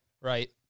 right